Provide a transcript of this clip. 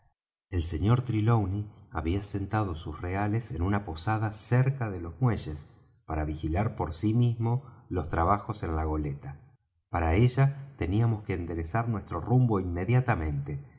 el sr trelawney había sentado sus reales en una posada cerca de los muelles para vigilar por sí mismo los trabajos en la goleta para ella teníamos que enderezar nuestro rumbo inmediatamente